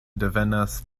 devenas